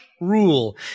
rule